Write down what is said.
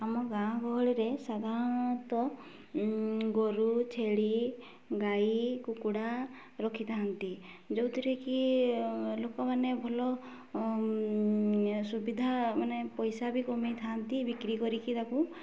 ଆମ ଗାଁ ଗହଳିରେ ସାଧାରଣତଃ ଗୋରୁ ଛେଳି ଗାଈ କୁକୁଡ଼ା ରଖିଥାନ୍ତି ଯେଉଁଥିରେ କି ଲୋକମାନେ ଭଲ ସୁବିଧା ମାନେ ପଇସା ବି କମେଇଥାନ୍ତି ବିକ୍ରି କରିକି ତାକୁ